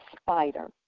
spider